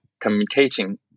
communicating